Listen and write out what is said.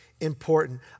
important